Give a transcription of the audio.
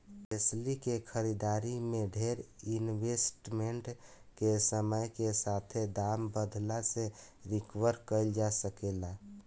एस्ली के खरीदारी में डेर इन्वेस्टमेंट के समय के साथे दाम बढ़ला से रिकवर कईल जा सके ला